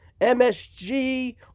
MSG